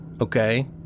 Okay